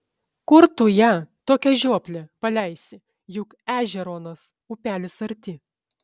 kur tu ją tokią žioplę paleisi juk ežeruonos upelis arti